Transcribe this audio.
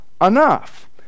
enough